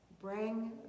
bring